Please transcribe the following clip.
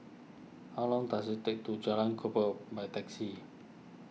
how long does it take to Jalan Kukoh by taxi